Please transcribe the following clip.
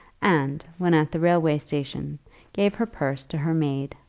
and, when at the railway-station, gave her purse to her maid,